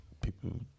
people